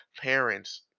parents